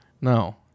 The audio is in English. no